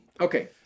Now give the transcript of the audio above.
Okay